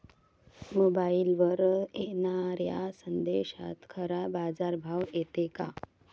मोबाईलवर येनाऱ्या संदेशात खरा बाजारभाव येते का?